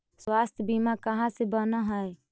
स्वास्थ्य बीमा कहा से बना है?